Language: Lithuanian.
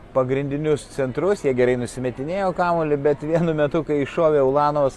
pagrindinius centrus jie gerai nusimetinėjo kamuolį bet vienu metu kai iššovė ulanovas